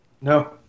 No